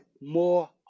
more